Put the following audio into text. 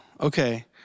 Okay